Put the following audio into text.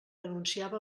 anunciava